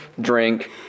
drink